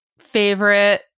favorite